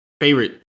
favorite